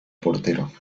portero